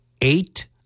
Eight